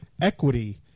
equity